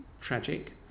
tragic